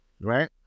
right